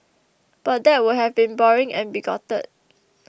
but that would have been boring and bigoted